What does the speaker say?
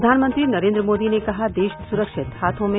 प्रधानमंत्री नरेंद्र मोदी ने कहा देश सुरक्षित हाथों में